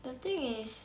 the thing is